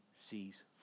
sees